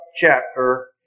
chapter